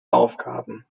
aufgaben